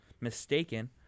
mistaken